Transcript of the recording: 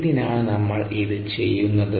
എന്തിനാണ് നമ്മൾ ഇത് ചെയ്യുന്നത്